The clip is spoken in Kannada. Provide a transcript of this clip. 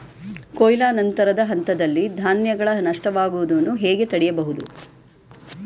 ಕೊಯ್ಲು ನಂತರದ ಹಂತದಲ್ಲಿ ಧಾನ್ಯಗಳ ನಷ್ಟವಾಗುವುದನ್ನು ಹೇಗೆ ತಡೆಯಬಹುದು?